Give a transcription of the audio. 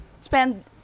spend